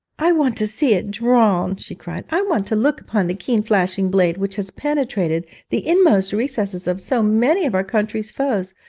i want to see it drawn she cried i want to look upon the keen flashing blade which has penetrated the inmost recesses of so many of our country's foes.